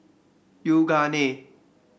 yoogane